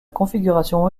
configuration